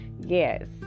yes